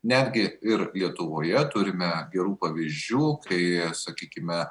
netgi ir lietuvoje turime gerų pavyzdžių kai sakykime